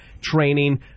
training